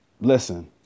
Listen